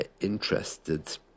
interested